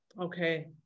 Okay